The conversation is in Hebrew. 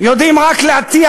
יודעים רק להטיח,